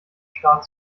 staat